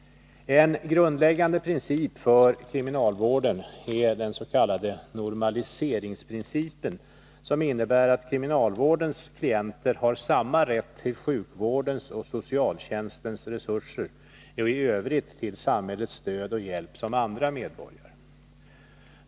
En grundläggande princip för kriminalvården är den s.k. normaliseringsprincipen, som innebär att kriminalvårdens klienter har samma rätt till sjukvårdens och socialtjänstens resurser och i övrigt till samhällets stöd och hjälp som andra medborgare.